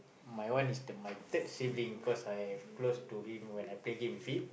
my one is the my third sibling cause I close to him when I play game with him